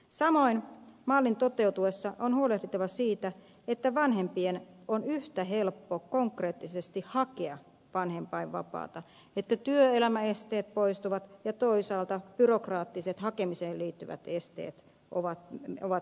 samoin mallin toteutuessa on huolehdittava siitä että vanhempien on yhtä helppo konkreettisesti hakea vanhempainvapaata että työelämäesteet poistuvat ja toisaalta byrokraattiset hakemiseen liittyvät esteet ovat menneisyyttä